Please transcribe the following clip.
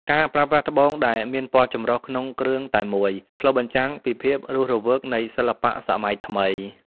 ការប្រើប្រាស់ត្បូងដែលមានពណ៌ចម្រុះក្នុងគ្រឿងតែមួយ ឆ្លុះបញ្ចាំងពីភាពរស់រវើកនៃសិល្បៈសម័យថ្មី។